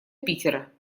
питера